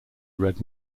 red